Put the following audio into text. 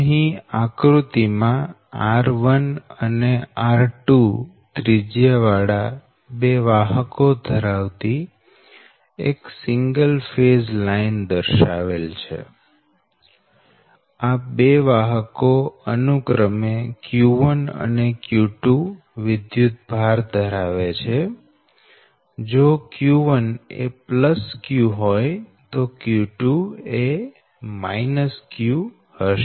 અહી આકૃતિ માં r1 અને r2 ત્રિજ્યા વાળા બે વાહકો ધરાવતી એક સિંગલ ફેઝ લાઈન દર્શાવેલ છે આ બે વાહકો અનુક્રમે q1 અને q2 વિદ્યુતભાર ધરાવે છે જો q1 એ q હોય તો q2 એ q હશે